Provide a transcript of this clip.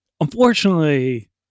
unfortunately